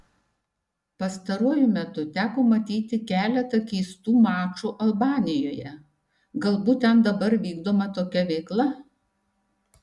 pastaruoju metu teko matyti keletą keistų mačų albanijoje galbūt ten dabar vykdoma tokia veikla